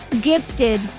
gifted